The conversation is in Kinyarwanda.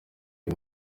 ayo